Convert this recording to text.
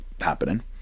happening